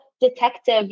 detective